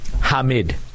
Hamid